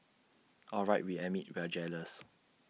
all right we admit we're jealous